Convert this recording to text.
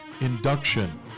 induction